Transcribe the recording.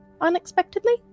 unexpectedly